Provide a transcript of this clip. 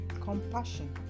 compassion